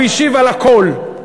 הוא השיב על הכול,